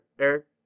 Eric